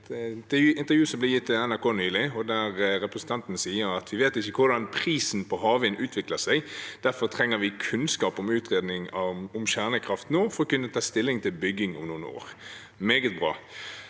intervju som ble gitt til NRK nylig, der representanten sier at vi ikke vet hvordan prisen på havvind utvikler seg, og derfor trenger vi kunnskap og en utredning om kjernekraft nå for å kunne ta stilling til bygging om noen år.